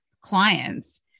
clients